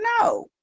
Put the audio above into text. no